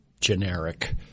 generic